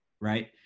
Right